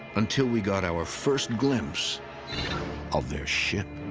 until we got our first glimpse of their ship.